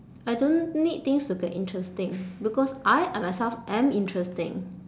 I don't need things to get interesting because I I myself am interesting